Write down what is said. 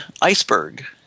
iceberg